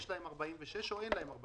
יש להם אישור לעניין סעיף 46 או אין להם?